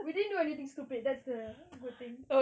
we didn't do anything stupid that's the good thing